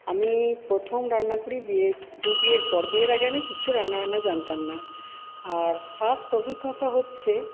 আমি প্রথম রান্না করি বিয়ের বিয়ের পর বিয়ের আগে আমি কিচ্ছু রান্না বান্না জানতাম না আর ফার্স্ট অভিজ্ঞতা হচ্ছে